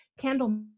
candle